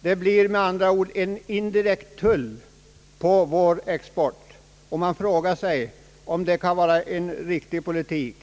Det blir med andra ord en indirekt tull på vår export, och man frågar sig om det kan vara en riktig politik.